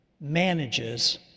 manages